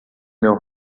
meu